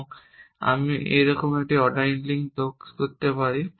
এবং আমি এইরকম একটি অর্ডারিং লিঙ্ক যোগ করতে পারি